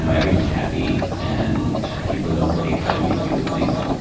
so everyone's happy and people don't really try to make you do things.